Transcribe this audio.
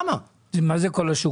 מה זה כל השוק?